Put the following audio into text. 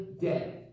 dead